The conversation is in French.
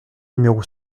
numéro